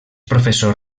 professor